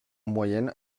moyenne